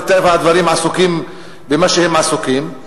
מטבע הדברים עסוקים במה שהם עסוקים,